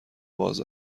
باز